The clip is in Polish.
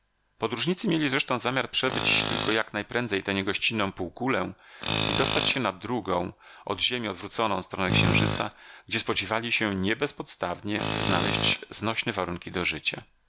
podróżnicy mieli zresztą zamiar przebyć tylko jak najprędzej tę niegościnną półkulę i dostać się na drugą od ziemi odwróconą stronę księżyca gdzie spodziewali się nie bezpodstawnie znaleść znośne warunki do życia